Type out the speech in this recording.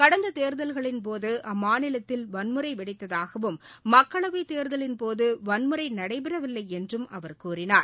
கடந்த தேர்தல்களின் போது அம்மாநிலத்தில் வன்முறை வெடித்ததாகவும் மக்களவைத் தேர்தலின்போது வன்முறை நடைபெறவில்லை என்றும் அவர் கூறினார்